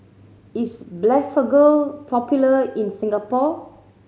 is Blephagel popular in Singapore